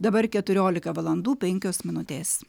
dabar keturiolika valandų penkios minutės